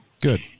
Good